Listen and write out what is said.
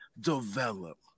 develop